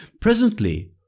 presently